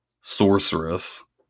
sorceress